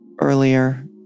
earlier